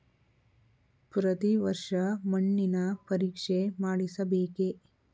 ಪ್ರತಿ ವರ್ಷ ಮಣ್ಣಿನ ಪರೀಕ್ಷೆ ಮಾಡಿಸಬೇಕೇ?